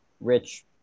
Rich